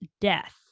death